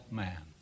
man